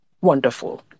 wonderful